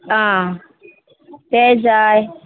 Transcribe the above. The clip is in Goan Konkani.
आं तेंय जाय